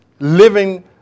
living